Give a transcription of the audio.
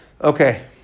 Okay